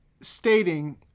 stating